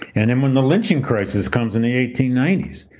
and then, when the lynching crisis comes in the eighteen ninety s,